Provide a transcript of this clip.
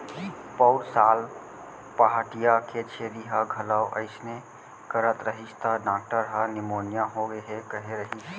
पउर साल पहाटिया के छेरी ह घलौ अइसने करत रहिस त डॉक्टर ह निमोनिया होगे हे कहे रहिस